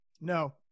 No